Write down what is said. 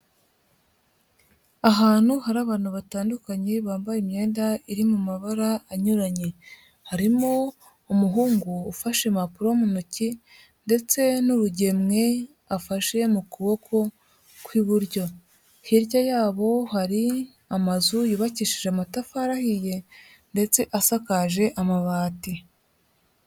Ahantu hari abantu batandukanye bambaye imyenda iri mu mabara anyuranye, harimo umuhungu ufashe impapuro mu ntoki ndetse n'urugemwe afashe mu kuboko kw'iburyo. Hirya yabo hari amazu yubakishije amatafari ahiye ndetse asakaje amabati.